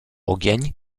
ogień